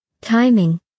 Timing